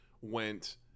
went